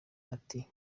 ati